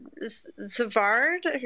Savard